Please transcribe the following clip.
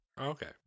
okay